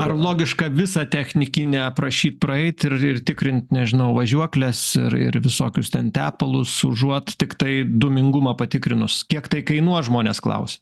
ar logiška visą technikinę aprašyt praeit ir ir ir tikrint nežinau važiuokles ir ir visokius ten tepalus užuot tiktai dūmingumą patikrinus kiek tai kainuos žmonės klausia